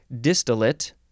distillate